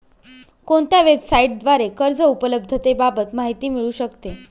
कोणत्या वेबसाईटद्वारे कर्ज उपलब्धतेबाबत माहिती मिळू शकते?